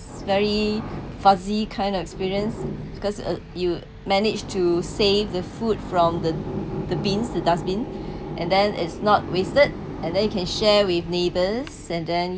is very fuzzy kind of experience because uh you managed to save the food from the the bins the dustbin and then is not wasted and then you can share with neighbours and then